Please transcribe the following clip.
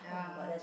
yeah